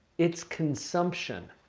it's consumption.